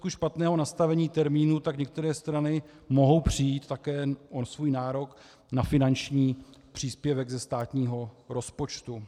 V důsledku špatného nastavení termínu tak některé strany mohou přijít také o svůj nárok na finanční příspěvek ze státního rozpočtu.